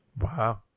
Wow